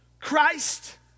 Christ